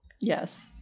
Yes